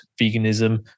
veganism